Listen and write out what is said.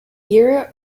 year